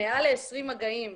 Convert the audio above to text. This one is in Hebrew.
מעל ל-20 מגעים.